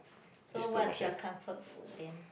so what's your comfort food then